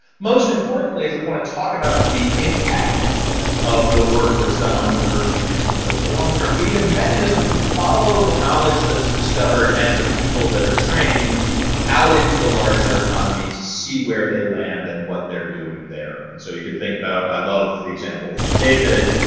most importantly if we want to talk about the impact of the work that's done on university campuses over the long term, we need a mechanism to follow the knowledge that's discovered and the people that are trained out into the larger economy to see where they land and what they're doing there. and so you can think about i love the example from david,